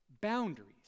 Boundaries